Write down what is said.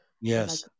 yes